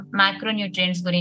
macronutrients